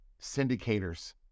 syndicators